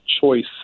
choice